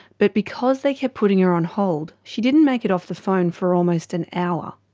but because they kept putting her on hold she didn't make it off the phone for almost an hour.